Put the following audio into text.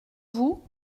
vous